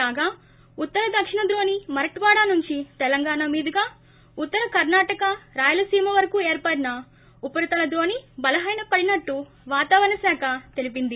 కాగా ఉత్తర దక్షిణ ద్రోణి మరట్వాడా నుంచి తెలంగాణ మీదుగా ఉత్తర కర్ణాటక రాయలసీమ వరకు ఏర్పడిన ఉపరితల ద్రోణి బలహీనపడినట్టు వాతావరణ శాఖ తెలీపింది